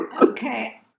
okay